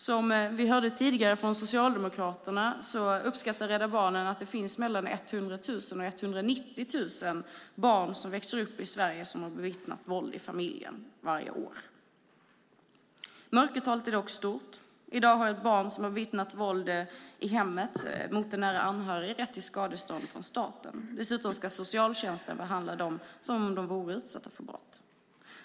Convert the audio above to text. Som vi hörde tidigare från Socialdemokraterna uppskattar Rädda Barnen att det finns mellan 100 000 och 190 000 barn som växer upp i Sverige och som har bevittnat våld i familjen varje år. Mörkertalet är dock stort. I dag har ett barn som bevittnat våld i hemmet mot en nära anhörig rätt till skadestånd från staten. Dessutom ska socialtjänsten behandla dem som om de vore utsatta för brott.